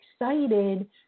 excited